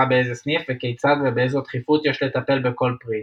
באיזה סניף וכיצד ובאיזו דחיפות יש לטפל בכל פריט.